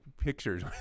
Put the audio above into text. pictures